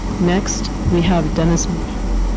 next, we have dennis mashue.